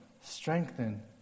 strengthen